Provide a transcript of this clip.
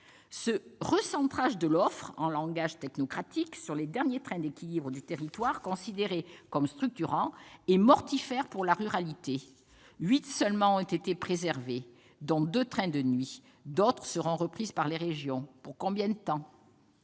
Ce « recentrage » de l'offre, pour parler en langage technocratique, sur les derniers trains d'équilibre du territoire considérés comme structurants est mortifère pour la ruralité. Huit seulement ont été préservés, dont deux trains de nuit, d'autres lignes seront reprises par les régions, sans que l'on sache pour